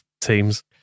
teams